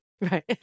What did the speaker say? Right